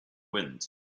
wind